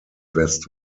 west